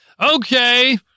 Okay